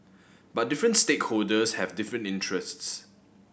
but different stakeholders have different interests